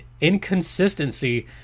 inconsistency